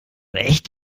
echt